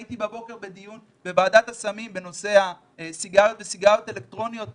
הייתי בבוקר בדיון בוועדת הסמים בנושא הסיגריות וסיגריות אלקטרוניות,